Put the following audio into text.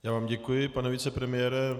Já vám děkuji, pane vicepremiére.